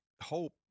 hope